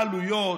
העלויות,